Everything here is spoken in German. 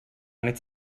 nichts